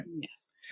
Yes